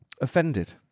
offended